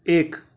एक